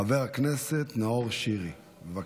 חבר הכנסת נאור שירי, בבקשה.